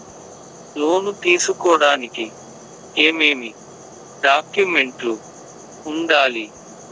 లోను తీసుకోడానికి ఏమేమి డాక్యుమెంట్లు ఉండాలి